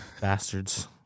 Bastards